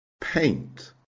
paint